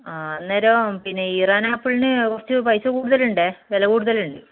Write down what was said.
ആ അന്നേരം ഒരു പിന്നെ ഇറാൻ ആപ്പിളിന് കുറച്ച് പൈസ കൂടുതൽ ഉണ്ടേ വില കൂടുതൽ ഉണ്ട്